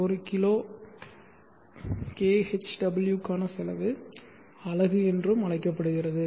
ஒரு kilo kHW க்கான செலவு அலகு என்றும் அழைக்கப்படுகிறது